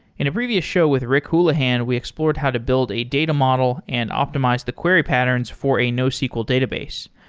in a previous show with rick houlihan, we explored how to build a data model and optimize the query patterns for a nosql database.